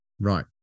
Right